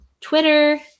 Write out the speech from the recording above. Twitter